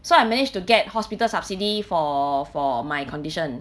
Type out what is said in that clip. so I managed to get hospital subsidy for for my condition